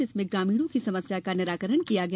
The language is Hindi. जिसमें ग्रामीणों की समस्या का निराकरण किया गया